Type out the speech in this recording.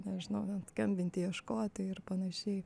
nežinau ten skambinti ieškoti ir panašiai